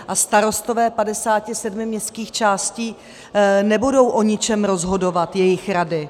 A starostové 57 městských částí nebudou o ničem rozhodovat, jejich rady.